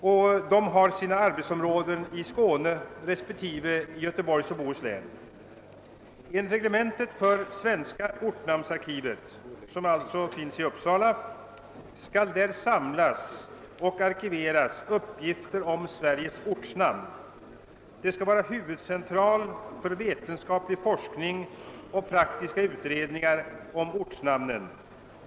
Dessa har sina arbetsområden i Skåne respektive Göteborgs och Bohus län. Enligt reglementet för svenska ortnamnsarkivet, som finns i Uppsala, skall där samlas och arkiveras uppgifter om Sveriges ortnamn. Det skall vara huvudcentral för vetenskaplig forskning och praktiska utredningar om ortnamnen.